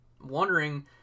wondering